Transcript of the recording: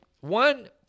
One